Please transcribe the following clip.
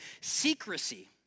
secrecy